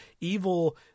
evil